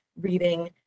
reading